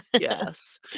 Yes